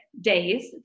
days